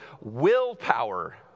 willpower